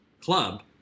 club